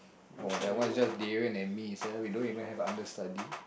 oh that one is just Darren and me so we are doing have under study